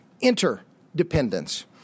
interdependence